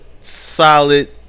solid